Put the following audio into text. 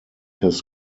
his